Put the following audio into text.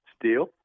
steel